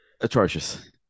atrocious